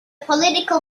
political